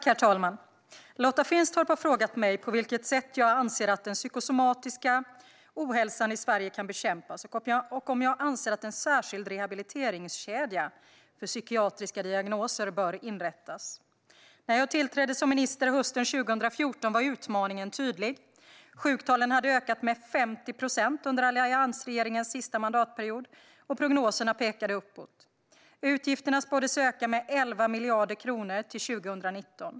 Herr talman! Lotta Finstorp har frågat mig på vilket sätt jag anser att den psykosomatiska ohälsan i Sverige kan bekämpas och om jag anser att en särskild rehabiliteringskedja för psykiatriska diagnoser bör inrättas. När jag tillträdde som minister hösten 2014 var utmaningen tydlig. Sjuktalen hade ökat med 50 procent under alliansregeringens sista mandatperiod och prognoserna pekade uppåt. Utgifterna spåddes öka med 11 miljarder kronor till 2019.